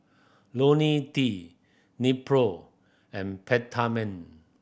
Ionil T Nepro and Peptamen